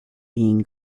being